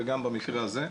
גם במקרה הזה.